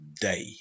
day